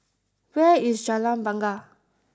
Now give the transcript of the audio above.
where is Jalan Bungar